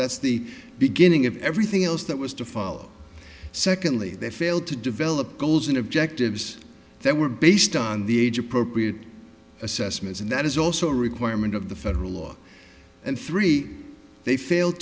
that's the beginning of everything else that was to follow secondly they failed to develop goals and objectives that were based on the age appropriate assessments and that is also a requirement of the federal law and three they failed